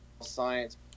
science